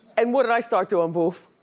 and what did i start doing, boof?